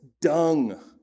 dung